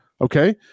okay